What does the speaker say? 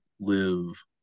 live